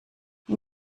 wie